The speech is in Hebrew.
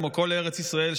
כמו כל ארץ ישראל,